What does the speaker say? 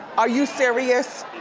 are you serious?